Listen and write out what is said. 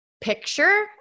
picture